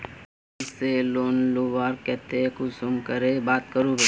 Bank से loan लुबार केते कुंसम करे बात करबो?